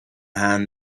hand